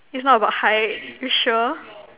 it's not about height you sure